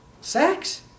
Sex